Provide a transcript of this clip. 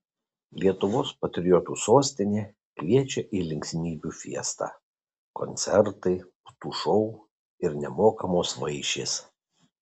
lietuvos patriotų sostinė kviečia į linksmybių fiestą koncertai putų šou ir nemokamos vaišės